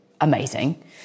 amazing